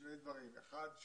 שני דברים: אחד,